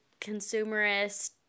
consumerist